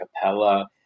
Capella